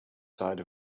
side